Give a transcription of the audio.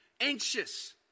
anxious